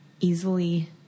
easily